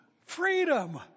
Freedom